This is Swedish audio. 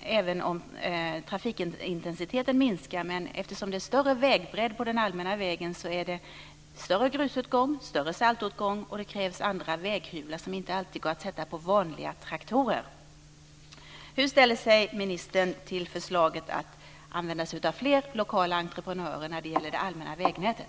även om trafikintensiteten minskar, men eftersom det är större vägbredd på den allmänna vägen är det större grusåtgång och större saltåtgång, och det krävs andra väghyvlar som inte alltid går att sätta på vanliga traktorer. Hur ställer sig ministern till förslaget att använda sig av fler lokala entreprenörer när det gäller det allmänna vägnätet?